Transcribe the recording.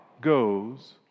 goes